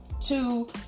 two